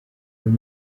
uyu